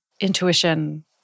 intuition